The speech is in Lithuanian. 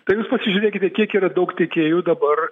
tai jūs pasižiūrėkite kiek yra daug tiekėjų dabar